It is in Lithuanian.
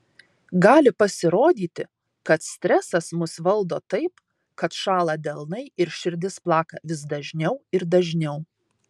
gali pasirodyti kad stresas mus valdo taip kad šąla delnai ir širdis plaka vis dažniau ir dažniau